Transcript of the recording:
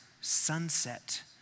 sunset